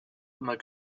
immer